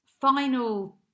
Final